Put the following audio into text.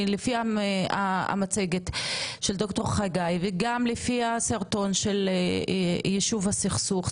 לפי המצגת של ד"ר חגי וגם לפי הסרטון של יישוב הסכסוך,